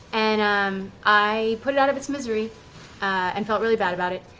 and um i put it out of its misery and felt really bad about it.